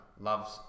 loves